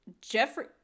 Jeffrey